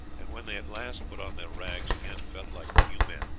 and when they at last put on their rags again felt like new men.